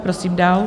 Prosím dál.